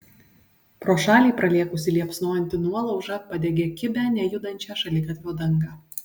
pro šalį pralėkusi liepsnojanti nuolauža padegė kibią nejudančio šaligatvio dangą